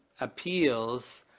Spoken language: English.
appeals